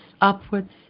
upwards